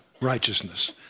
Righteousness